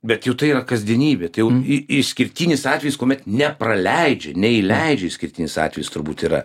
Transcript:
bet juk tai yra kasdienybė tai jau i išskirtinis atvejis kuomet nepraleidžia neįleidžia išskirtinis atvejis turbūt yra